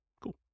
Cool